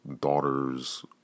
daughter's